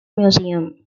museum